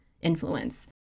influence